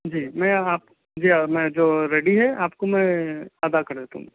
جی میں آپ جی میں جو ریڈی ہے آپ کو میں ادا کر دیتا ہوں